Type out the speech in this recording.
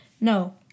No